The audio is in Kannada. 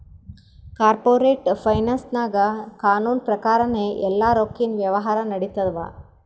ಕಾರ್ಪೋರೇಟ್ ಫೈನಾನ್ಸ್ದಾಗ್ ಕಾನೂನ್ ಪ್ರಕಾರನೇ ಎಲ್ಲಾ ರೊಕ್ಕಿನ್ ವ್ಯವಹಾರ್ ನಡಿತ್ತವ